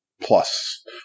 plus